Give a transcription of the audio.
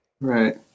Right